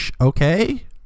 okay